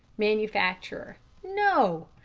manufacturer no!